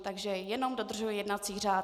Takže jenom dodržuji jednací řád.